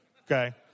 okay